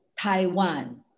Taiwan